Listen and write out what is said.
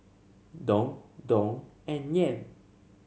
Dong Dong and Yen